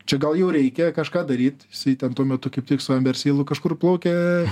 čia gal jau reikia kažką daryt jisai ten tuo metu kaip tik su amberseilu kažkur plaukė